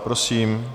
Prosím.